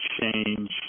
change